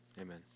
amen